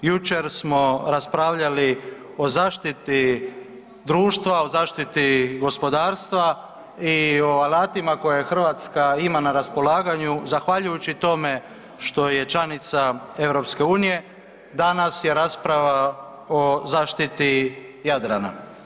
Jučer smo raspravljali o zaštiti društva, o zaštiti gospodarstva i o alatima koje Hrvatska ima na raspolaganju zahvaljujući tome što je članica EU, danas je rasprava o zaštiti Jadrana.